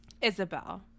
Isabel